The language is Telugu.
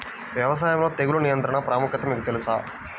వ్యవసాయంలో తెగుళ్ల నియంత్రణ ప్రాముఖ్యత మీకు తెలుసా?